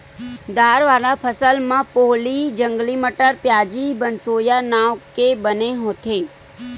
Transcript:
दार वाला फसल म पोहली, जंगली मटर, प्याजी, बनसोया नांव के बन होथे